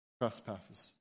trespasses